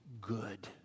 good